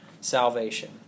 salvation